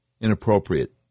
inappropriate